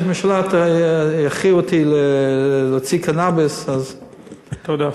הממשלה, יכריחו אותי להוציא קנאביס, תודה.